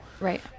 right